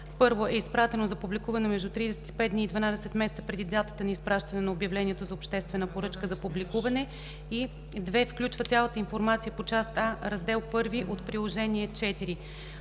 1. е изпратено за публикуване между 35 дни и 12 месеца преди датата на изпращане на обявлението за обществена поръчка за публикуване, и 2. включва цялата информация по Част А, Раздел I от Приложение №